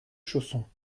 chaussons